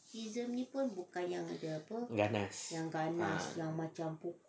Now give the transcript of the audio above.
mengganas ah